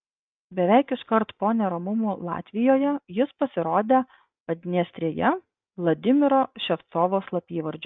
beveik iškart po neramumų latvijoje jis pasirodė padniestrėje vladimiro ševcovo slapyvardžiu